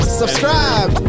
subscribe